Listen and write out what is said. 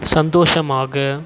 சந்தோஷமாக